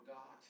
God